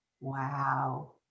Wow